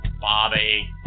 Bobby